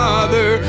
Father